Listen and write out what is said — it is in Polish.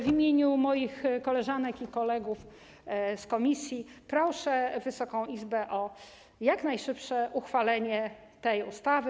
W imieniu moich koleżanek i kolegów z komisji proszę Wysoką Izbę o jak najszybsze uchwalenie tej ustawy.